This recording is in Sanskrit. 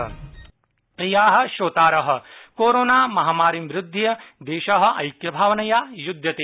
कोविड् संचेतना सन्देश प्रियाः श्रोतारः कोरोना महामारीं विरुध्य देश ऐक्य भावनया युध्यते